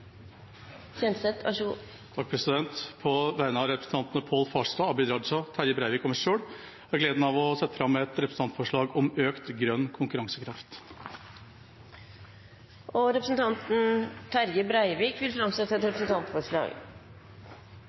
På vegne av representantene Pål Farstad, Abid Q. Raja, Terje Breivik og meg selv har jeg gleden av å sette fram et representantforslag om økt grønn konkurransekraft. Representanten Terje Breivik vil framsette et representantforslag.